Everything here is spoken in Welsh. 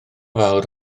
fawr